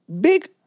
big